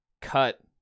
cut